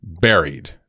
Buried